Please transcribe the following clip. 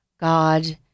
God